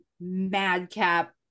madcap